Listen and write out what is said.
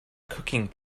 cooking